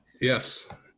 Yes